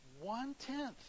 One-tenth